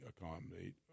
accommodate